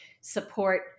support